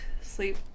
sleep